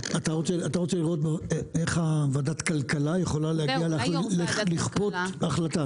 אתה רוצה לראות איך ועדת הכלכלה יכולה להגיע לכפות החלטה,